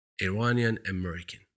Iranian-American